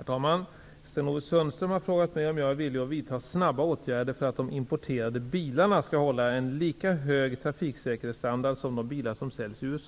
Herr talman! Sten-Ove Sundström har frågat mig om jag är villig att vidta snabba åtgärder för att de importerade bilarna skall hålla en lika hög trafiksäkerhetsstandard som de bilar som säljs i